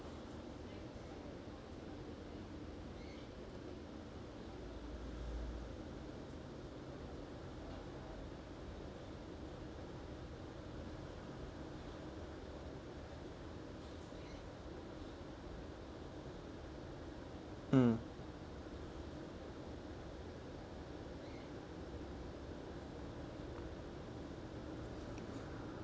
mm